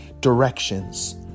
directions